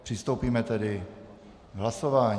Přistoupíme tedy k hlasování.